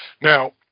Now